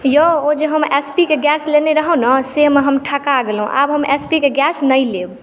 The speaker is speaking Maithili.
यौ ओ जे हम एच पी केँ गैस लेने रहौं ने से मे हम ठका गेलहुॅं आब हम एच पी के गैस नहि लेब